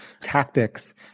tactics